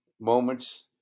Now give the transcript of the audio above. moments